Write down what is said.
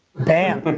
bam. but